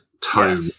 tone